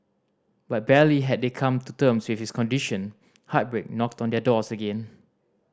but barely had they come to terms with his condition heartbreak knocked on their doors again